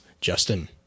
justin